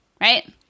right